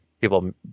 people